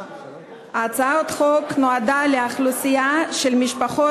הצעת החוק נועדה לאוכלוסייה של משפחות